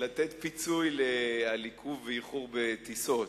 לתת פיצוי על עיכוב ואיחור בטיסות.